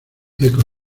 ecos